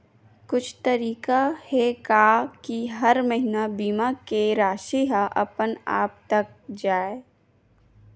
कुछु तरीका हे का कि हर महीना बीमा के राशि हा अपन आप कत जाय?